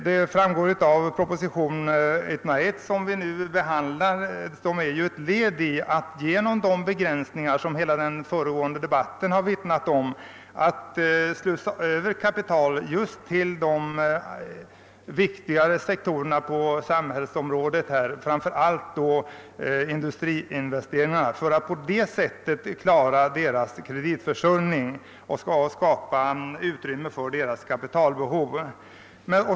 Förslaget i propositionen 101, som vi nu behandlar, är ett led i försöken att genom de begränsningar som hela den föregående debatten har handlat om slussa kapital till de viktigare sektorerna, framför allt då industrin, för att trygga deras kreditförsörjning och kapitalbehov.